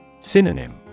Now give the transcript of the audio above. Synonym